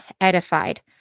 edified